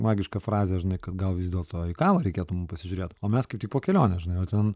magiška frazė žinai kad gal vis dėlto į kavą reikėtų mum pasižiūrėt o mes kai tik po kelionės žinai o ten